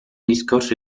discorso